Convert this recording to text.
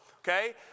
okay